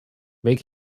make